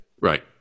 Right